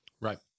Right